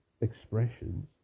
expressions